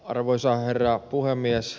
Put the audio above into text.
arvoisa herra puhemies